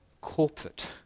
corporate